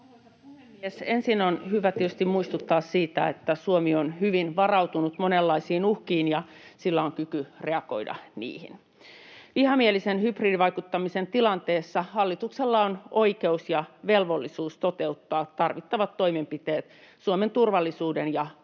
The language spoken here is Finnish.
Ensin on hyvä tietysti muistuttaa siitä, että Suomi on hyvin varautunut monenlaisiin uhkiin ja sillä on kyky reagoida niihin. Vihamielisen hybridivaikuttamisen tilanteessa hallituksella on oikeus ja velvollisuus toteuttaa tarvittavat toimenpiteet Suomen turvallisuuden ja vakauden